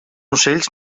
ocells